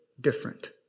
different